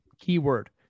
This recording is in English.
keyword